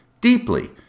deeply